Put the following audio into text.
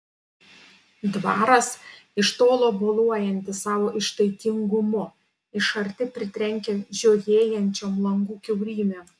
dvaras iš tolo boluojantis savo ištaigingumu iš arti pritrenkia žiojėjančiom langų kiaurymėm